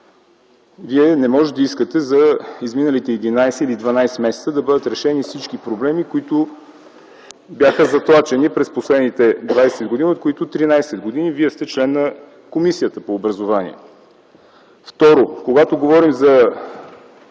Вие не можете да искате за изминалите 11 или 12 месеца да бъдат решени всички проблеми, които бяха затлачени през последните 20 г., от които 13 г. Вие сте член на Комисията по образование. Второ, когато говорим за